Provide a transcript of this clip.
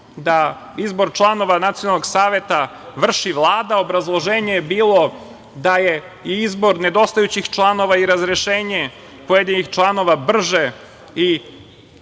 da izbor članova Nacionalnog saveta vrši Vlada. Obrazloženje je bilo da je i izbor nedostajućih članova i razrešenje pojedinih članova brže i